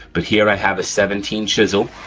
but here i have a seventeen chisel